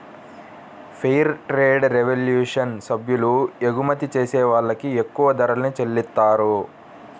fair trade revolution సభ్యులు ఎగుమతి చేసే వాళ్ళకి ఎక్కువ ధరల్ని చెల్లిత్తారు